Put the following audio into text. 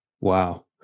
Wow